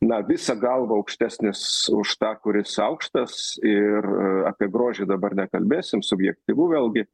na visa galva aukštesnis už tą kuris aukštas ir apie grožį dabar nekalbėsim subjektyvu vėlgi